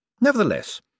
Nevertheless